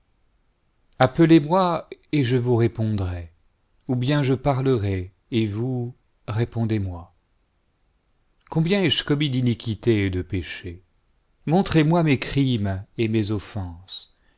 appelez-moi et je vous répondrai ou bien je parlerai et vous répondez-moi combien ai-je commis d'iniquités et de péchés montrez-moi mes crimes et mes offenses